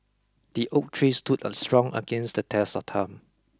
the oak tree stood a strong against the test of time